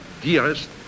dearest